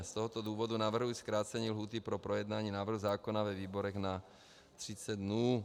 Z tohoto důvodu navrhuji zkrácení lhůty pro projednání návrhu zákona ve výborech na 30 dnů.